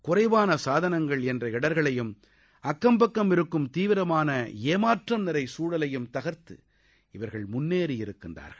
குறறவான சாதனங்கள் என்ற இடர்களையும் அக்கப்பக்கம் இருக்கும் தீவிரமான ஏமாற்றம் நிறை சூலையும் தகர்து இவர்கள் முன்னேறி இருக்கிறார்கள்